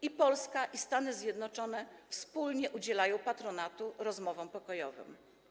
I Polska, i Stany Zjednoczone wspólnie udzielają patronatu rozmowom pokojowym.